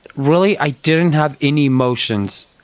really i didn't have any emotions.